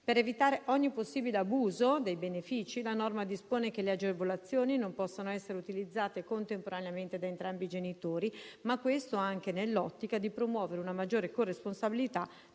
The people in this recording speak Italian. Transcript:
Per evitare ogni possibile abuso dei benefici, la norma dispone che le agevolazioni non possano essere utilizzate contemporaneamente da entrambi i genitori, ma questo anche nell'ottica di promuovere una maggiore corresponsabilità